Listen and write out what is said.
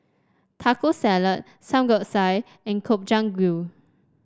Taco Salad Samgyeopsal and Gobchang Gui